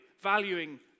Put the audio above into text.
valuing